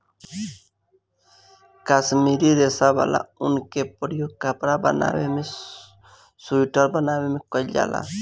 काश्मीरी रेशा वाला ऊन के प्रयोग कपड़ा बनावे में सुइटर बनावे में कईल जाला